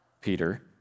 Peter